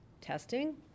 testing